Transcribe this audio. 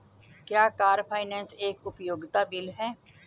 क्या car finance एक उपयोगिता बिल है?